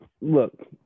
look